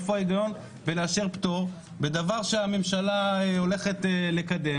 איפה ההיגיון בלאשר פטור בדבר שהממשלה הולכת לקדם?